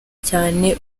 cyane